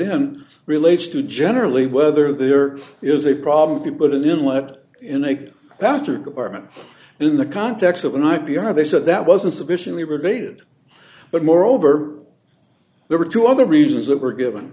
him relates to generally whether there is a problem of the put it in lead in a bastard department in the context of an ip are they said that wasn't sufficiently related but moreover there were two other reasons that were given